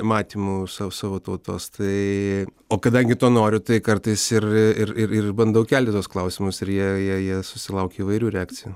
matymu sa savo tautos tai o kadangi to noriu tai kartais ir ir ir ir bandau kelti tuos klausimus ir jie jie jie susilaukia įvairių reakcijų